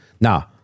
now